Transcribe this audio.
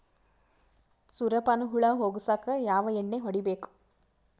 ಸುರ್ಯಪಾನ ಹುಳ ಹೊಗಸಕ ಯಾವ ಎಣ್ಣೆ ಹೊಡಿಬೇಕು?